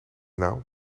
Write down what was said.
nauw